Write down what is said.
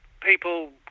people